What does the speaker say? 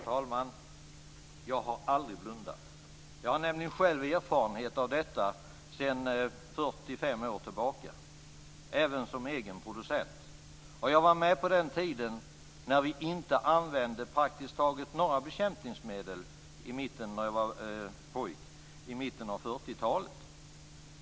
Fru talman! Jag har aldrig blundat. Jag har nämligen själv erfarenhet av detta sedan 45 år tillbaka, även som egen producent. Jag var med på den tiden när vi inte använde praktiskt taget några bekämpningsmedel i mitten av 40-talet.